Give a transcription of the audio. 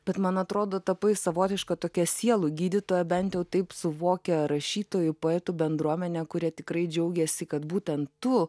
bet man atrodo tapai savotiška tokia sielų gydytoja bent jau taip suvokia rašytojų poetų bendruomenė kurie tikrai džiaugiasi kad būtent tu